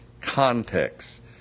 context